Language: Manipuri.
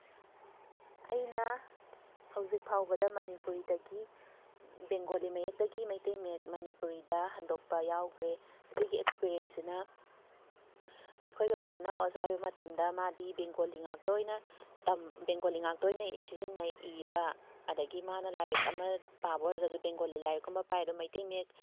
ꯑꯩꯅ ꯍꯧꯖꯤꯛꯐꯥꯎꯕꯗ ꯃꯅꯤꯄꯨꯔꯤꯗꯒꯤ ꯕꯦꯡꯒꯣꯂꯤ ꯃꯌꯦꯛꯇꯒꯤ ꯃꯩꯇꯩꯃꯌꯦꯛ ꯃꯅꯤꯄꯨꯔꯤꯗ ꯍꯟꯗꯣꯛꯄ ꯌꯥꯎꯈ꯭ꯔꯦ ꯁꯤꯒꯤ ꯑꯦꯛꯁꯄꯤꯔꯤꯌꯦꯟꯁꯁꯤꯅ ꯑꯩꯈꯣꯏ ꯕꯕꯥ ꯑꯣꯖꯥ ꯑꯣꯏꯕ ꯃꯇꯝꯗ ꯃꯥꯗꯤ ꯕꯦꯡꯒꯣꯂꯤ ꯉꯥꯛꯇ ꯑꯣꯏꯅ ꯕꯦꯡꯒꯣꯂꯤ ꯉꯥꯛꯇ ꯑꯣꯏꯅ ꯁꯤꯖꯤꯟꯅꯩ ꯏꯕ ꯑꯗꯒꯤ ꯃꯥꯅ ꯂꯥꯏꯔꯤꯛ ꯑꯃ ꯄꯥꯕ ꯑꯣꯏꯔꯒꯁꯨ ꯕꯦꯡꯒꯣꯂꯤ ꯂꯥꯏꯔꯤꯛꯒꯨꯝꯕ ꯄꯥꯏ ꯑꯗꯣ ꯃꯩꯇꯩꯃꯌꯦꯛ